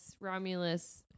Romulus